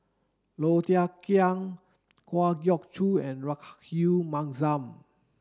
Low Thia Khiang Kwa Geok Choo and Rahayu Mahzam